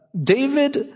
David